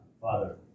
Father